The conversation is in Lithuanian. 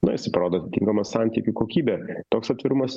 na jisai parodo tinkamą santykių kokybę toks atvirumas